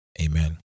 Amen